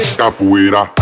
capoeira